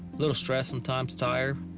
little stressed sometimes, tired.